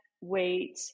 wait